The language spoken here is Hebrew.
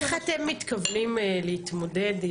איך אתם מתכוונים להתמודד?